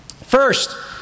First